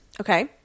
Okay